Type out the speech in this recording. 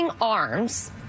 arms